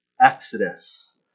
exodus